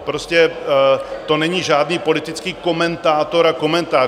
Prostě to není žádný politický komentátor a komentář.